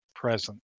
present